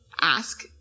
ask